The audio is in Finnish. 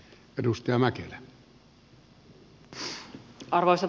arvoisa puhemies